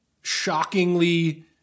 shockingly